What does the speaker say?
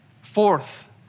Fourth